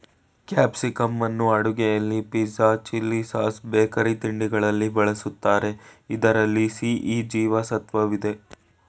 ಕ್ಯಾಪ್ಸಿಕಂನ್ನು ಅಡುಗೆಯಲ್ಲಿ pizza, chilli sauce, bakery ತಿಂಡಿಗಳಲ್ಲಿ ಬಳ್ಸತ್ತರೆ ಇದ್ರಲ್ಲಿ ಸಿ, ಇ ಜೀವ ಸತ್ವವಿದೆ